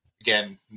again